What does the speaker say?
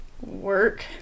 Work